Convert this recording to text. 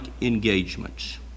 engagements